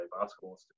basketball